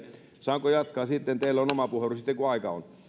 saanko jatkaa teillä on oma puheenvuoro sitten kun aika on